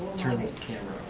turn this camera